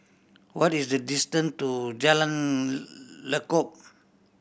what is the distance to Jalan Lekub